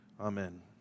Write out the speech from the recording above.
Amen